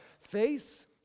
face